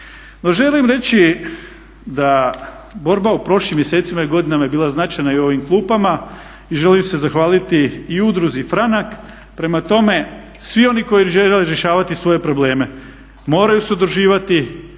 želim reći da borba u prošlim mjesecima i godinama je bila značajna i u ovim klupama i želim se zahvaliti i Udruzi Franak. Prema tome, svi oni koji žele rješavati svoje probleme moraju se udruživati,